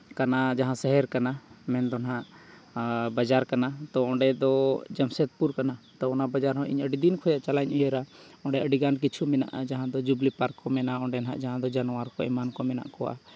ᱠᱟᱱᱟ ᱡᱟᱦᱟᱸ ᱥᱚᱦᱚᱨ ᱠᱟᱱᱟ ᱢᱮᱱ ᱫᱚ ᱱᱟᱦᱟᱜ ᱵᱟᱡᱟᱨ ᱠᱟᱱᱟ ᱛᱚ ᱚᱸᱰᱮ ᱫᱚ ᱡᱟᱢᱥᱮᱫᱯᱩᱨ ᱠᱟᱱᱟ ᱛᱚ ᱚᱱᱟ ᱵᱟᱡᱟᱨ ᱦᱚᱸ ᱤᱧ ᱟᱹᱰᱤ ᱫᱤᱱ ᱠᱷᱚᱱ ᱪᱟᱞᱟᱜ ᱤᱧ ᱩᱭᱦᱟᱹᱨᱟ ᱚᱸᱰᱮ ᱟᱹᱰᱤ ᱜᱟᱱ ᱠᱤᱪᱷᱩ ᱢᱮᱱᱟᱜᱼᱟ ᱡᱟᱦᱟᱸ ᱫᱚ ᱡᱩᱵᱽᱞᱤ ᱯᱟᱨᱠ ᱠᱚ ᱢᱮᱱᱟ ᱚᱸᱰᱮ ᱱᱟᱦᱟᱜ ᱡᱟᱦᱟᱸ ᱫᱚ ᱡᱟᱱᱣᱟᱨ ᱠᱚ ᱮᱢᱟᱱ ᱠᱚ ᱢᱮᱱᱟᱜ ᱠᱚᱣᱟ